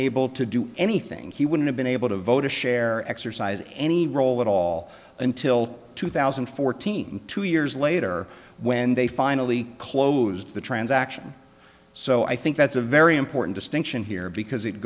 able to do anything he wouldn't have been able to vote to share exercise any role at all until two thousand and fourteen two years later when they finally closed the transaction so i think that's a very important distinction here because it